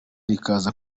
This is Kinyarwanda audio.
rikaza